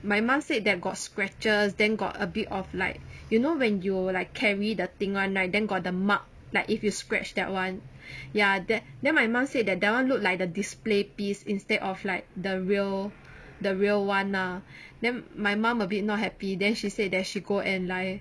my mum said that got scratches then got a bit of like you know when you like carry the thing [one] right then got the mark like if you scratch that [one] ya that then my mum said that that [one] look like the display piece instead of like the real the real [one] ah then my mum a bit not happy then she said that she go and like